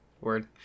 word